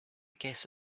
guess